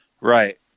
Right